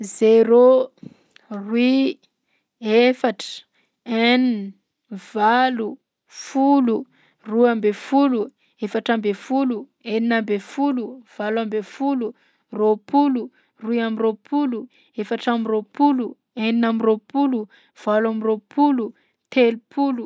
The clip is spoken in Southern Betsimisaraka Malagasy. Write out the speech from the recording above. Zéro, roy, efatra, enina, valo, folo, roa amby folo, efatra amby folo, enina amby folo, valo amby folo, roapolo, roy am'roapolo, efatra am'roapolo ,enina am'roapolo, valo am'roapolo, telopolo.